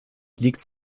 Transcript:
liegt